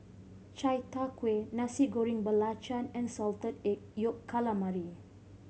chai tow kway Nasi Goreng Belacan and Salted Egg Yolk Calamari